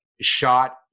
shot